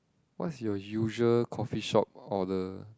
what's your usual coffee shop order